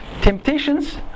temptations